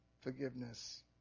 forgiveness